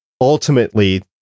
ultimately